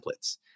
templates